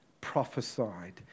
prophesied